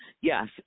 Yes